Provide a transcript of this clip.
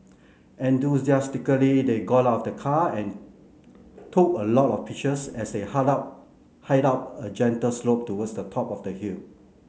enthusiastically they got out of the car and took a lot of pictures as they up hiked up a gentle slope towards the top of the hill